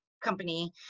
company